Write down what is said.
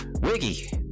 Wiggy